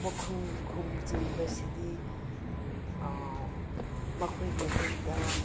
ꯃꯈꯨꯝ ꯈꯨꯝꯖꯤꯟꯕꯁꯤꯗꯤ ꯃꯈꯣꯏꯒꯤ ꯔꯨꯞꯇ